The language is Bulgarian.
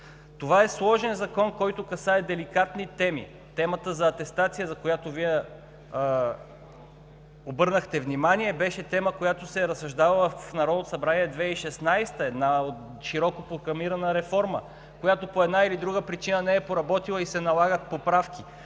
Това е сложен закон, който касае деликатни теми. Темата за атестацията, на която Вие обърнахте внимание, беше тема, която се е разсъждавала в Народното събрание през 2016 г. – една широко прокламирана реформа, която по една или друга причина не е проработила и се налагат поправки.